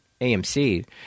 amc